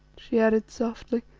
she added softly,